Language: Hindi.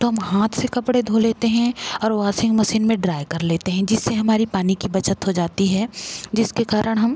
तो हम हाथ से कपड़े धो लेते हैं और वाशिंग मसीन में ड्राइ कर लेते हैं जिससे हमारी पानी की बच्चत हो जाती है जिसके कारण हम